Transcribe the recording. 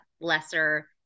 lesser